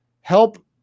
help